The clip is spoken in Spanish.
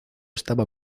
estaba